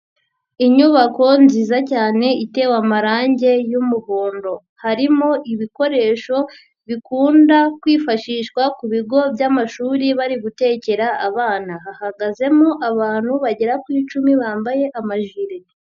Inyubako nziza cyane itewe amarangi y'umuhondo, harimo ibikoresho bikunda kwifashishwa ku bigo by'amashuri bari gutekera abana, hahagazemo abantu bagera ku icumi bambaye amajile.